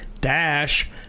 dash